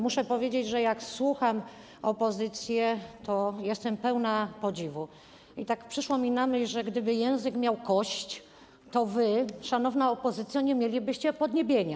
Muszę powiedzieć, że jak słucham opozycji, to jestem pełna podziwu i tak przyszło mi na myśl, że gdyby język miał kość, to wy, szanowna opozycjo, nie mielibyście podniebienia.